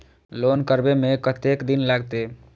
Loan करबे में कतेक दिन लागते?